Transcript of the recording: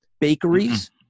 bakeries